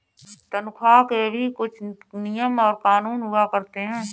तन्ख्वाह के भी कुछ नियम और कानून हुआ करते हैं